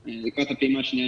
אז לקראת הפעימה השנייה,